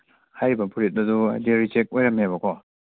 ꯍꯥꯏꯔꯤꯕ ꯐꯨꯔꯤꯠ ꯑꯗꯨ ꯁꯦ ꯔꯤꯖꯦꯛ ꯑꯣꯏꯔꯝꯃꯦꯕꯀꯣ